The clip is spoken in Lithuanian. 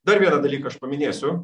dar vieną dalyką aš paminėsiu